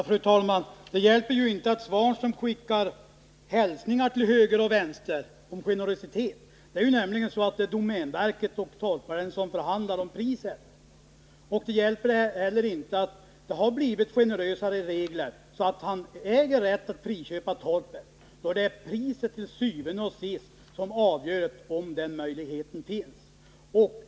Fru talman! Det hjälper ju inte att Ivan Svanström skickar hälsningar till höger och vänster om generositet. Det är nämligen domänverket och torparen som förhandlar om priset. Det hjälper heller inte att det har blivit generösare regler, så att torparen äger rätt att friköpa torpet, då det til syvende og sidst är priset som avgör om möjligheten att friköpa finns.